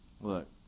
Look